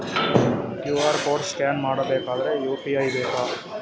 QR code scan ಮಾಡಬೇಕಾದರೆ UPI ಬೇಕಾ?